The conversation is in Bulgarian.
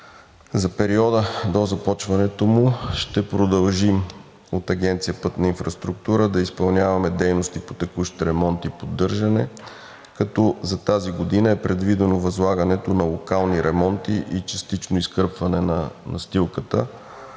За периода до започването му ще продължим от Агенция „Пътна инфраструктура“ да изпълняваме дейности по текущ ремонт и поддържане, като за тази година е предвидено възлагането на локални ремонти и частично изкърпване на настилката,